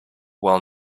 well